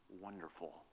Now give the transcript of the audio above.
wonderful